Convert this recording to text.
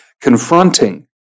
confronting